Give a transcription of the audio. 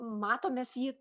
matom mes jį